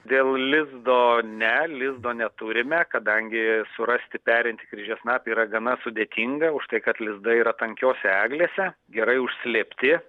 dėl lizdo ne lizdo neturime kadangi surasti perintį kryžiasnapį yra gana sudėtinga už tai kad lizdai yra tankiose eglėse gerai užslėpti